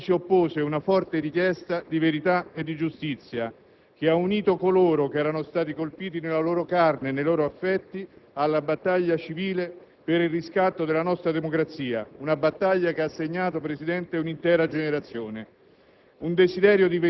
Un tentativo cui si oppose una forte richiesta di verità e di giustizia che ha unito coloro che erano stati colpiti nella loro carne e nei loro affetti alla battaglia civile per il riscatto della nostra democrazia. Una battaglia che ha segnato, signor Presidente, un'intera generazione.